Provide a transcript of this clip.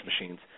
machines